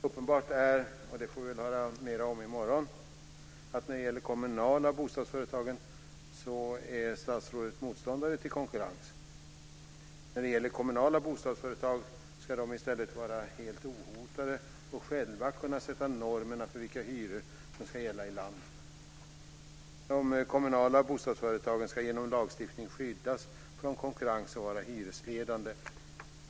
Uppenbart är - och det får vi väl höra mer om i morgon - att statsrådet när det gäller de kommunala bostadsföretagen är motståndare till konkurrens. Kommunala bostadsföretag ska i stället vara helt ohotade och själva kunna sätta normer för vilka hyror som ska gälla i landet. De kommunala bostadsföretagen ska genom lagstiftning skyddas från konkurrens och vara hyresledande.